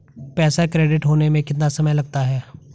पैसा क्रेडिट होने में कितना समय लगता है?